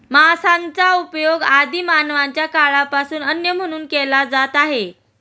मांसाचा उपयोग आदि मानवाच्या काळापासून अन्न म्हणून केला जात आहे